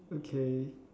okay